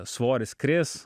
svoris kris